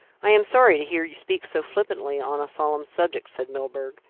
i am sorry to hear you speak so flippantly on a solemn subject, said milburgh.